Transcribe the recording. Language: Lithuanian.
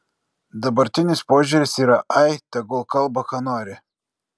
dabartinis požiūris yra ai tegul kalba ką nori